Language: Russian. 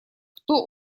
кто